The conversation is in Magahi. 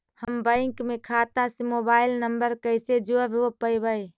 हम बैंक में खाता से मोबाईल नंबर कैसे जोड़ रोपबै?